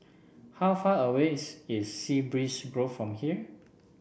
how far away is is Sea Breeze Grove from here